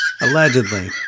Allegedly